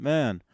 Man